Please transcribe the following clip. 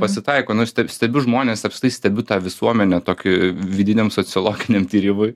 pasitaiko nu stebiu žmones apskritai stebiu tą visuomenę tokį vidiniam sociologiniam tyrimui